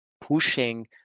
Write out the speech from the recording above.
pushing